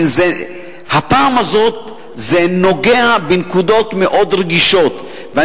הפעם הזאת זה נוגע בנקודות רגישות מאוד.